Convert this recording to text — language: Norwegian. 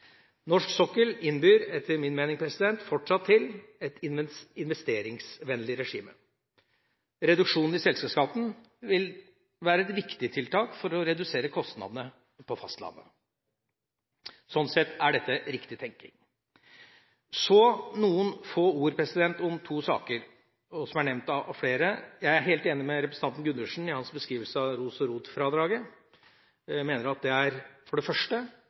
Norsk sokkel innbyr etter min mening fortsatt til et investeringsvennlig regime. Reduksjonen i selskapsskatten vil være et viktig tiltak for å redusere kostnadene på fastlandet. Sånn sett er dette riktig tenkning. Så noen få ord om to saker som er nevnt av flere. Jeg er helt enig med representanten Gundersen i hans beskrivelse av ROS- og ROT-fradraget. Jeg mener at det for det første